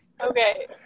Okay